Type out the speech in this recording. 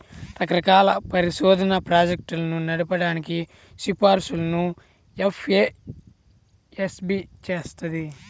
రకరకాల పరిశోధనా ప్రాజెక్టులను నడపడానికి సిఫార్సులను ఎఫ్ఏఎస్బి చేత్తది